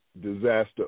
disaster